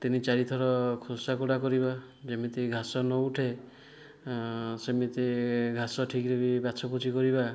ତିନି ଚାରିଥର ଖୋସା କୁଡ଼ା କରିବା ଯେମିତି ଘାସ ନଉଠେ ସେମିତି ଘାସ ଠିକ୍ରେ ବି ବାଛାବୁଛି କରିବା